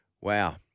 Wow